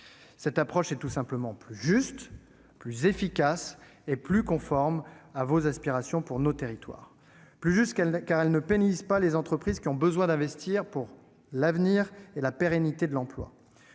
Cette approche est tout simplement plus juste, plus efficace et plus conforme à vos aspirations pour nos territoires. Elle est plus juste, car elle ne pénalise pas des entreprises qui ont besoin d'investir pour leur avenir et la pérennité de l'emploi.